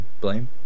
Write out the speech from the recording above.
blame